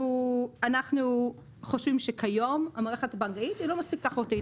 אנחנו חושבים שכיום המערכת הבנקאית היא לא מספיק תחרותית.